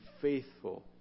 faithful